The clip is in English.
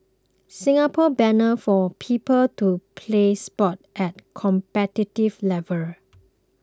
Singapore banner for people to play sports at competitive level